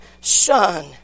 son